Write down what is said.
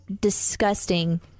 disgusting